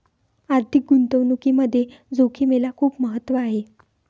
आर्थिक गुंतवणुकीमध्ये जोखिमेला खूप महत्त्व आहे